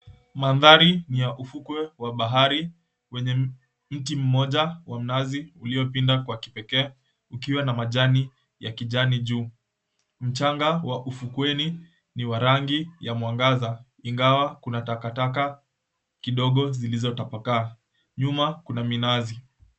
Mandhari ni ya ufukwe wa bahari kwenye mti mmoja wa mnazi uliopinda kwa kipekee ukiwa na maji ya kijani juu, mchanga wa ufukweni ni wa rangi ya mwangaza ingawa kuna takataka kidogo zilizotapakaa nyuma kuna minazi.